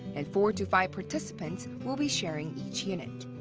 and four to five participants will be sharing each unit.